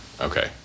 okay